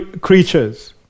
creatures